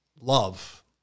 Love